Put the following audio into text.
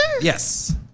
Yes